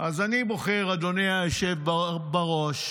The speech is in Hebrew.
אז אני בוחר, אדוני היושב בראש,